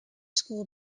school